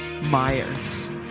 Myers